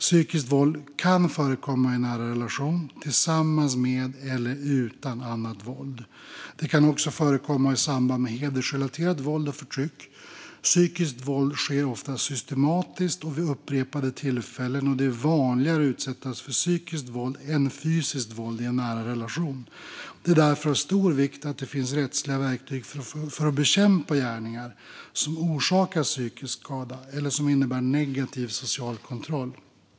Psykiskt våld kan förekomma i en nära relation, tillsammans med eller utan annat våld. Det kan också förekomma i samband med hedersrelaterat våld och förtryck. Psykiskt våld sker ofta systematiskt och vid upprepade tillfällen, och det är vanligare att utsättas för psykiskt våld än fysiskt våld i en nära relation. Det är därför av stor vikt att det finns rättsliga verktyg för att bekämpa gärningar som orsakar psykisk skada eller som innebär negativ social kontroll.